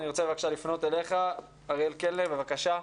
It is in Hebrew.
אני רוצה בבקשה לפנות אליך, אריאל קלנר, בבקשה,